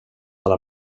alla